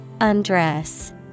Undress